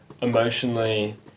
emotionally